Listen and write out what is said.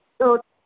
तो